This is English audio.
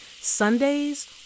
Sundays